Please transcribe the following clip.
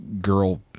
girl